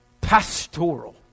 pastoral